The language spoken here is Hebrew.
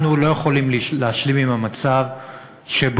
אנחנו לא יכולים להשלים עם המצב שבו